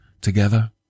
together